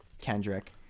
Kendrick